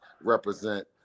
represent